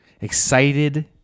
Excited